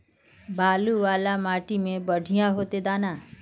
बालू वाला माटी में बढ़िया होते दाना?